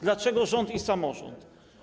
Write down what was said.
Dlaczego rząd i samorząd?